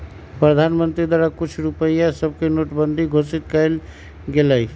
प्रधानमंत्री द्वारा कुछ रुपइया सभके नोटबन्दि घोषित कएल गेलइ